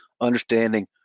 understanding